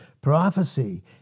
prophecy